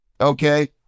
Okay